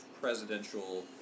presidential